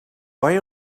why